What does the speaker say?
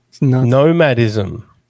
Nomadism